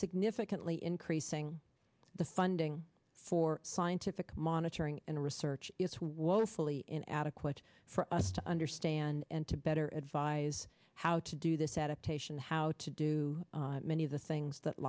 significantly increasing the funding for scientific monitoring and research it's woefully inadequate for us to understand and to better advise how to do this adaptation how to do many of the things that